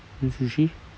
then sushi